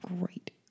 great